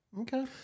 Okay